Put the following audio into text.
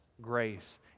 grace